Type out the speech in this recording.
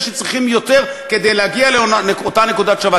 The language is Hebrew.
שצריכים יותר כדי להגיע לאותה נקודה שווה.